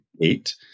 eight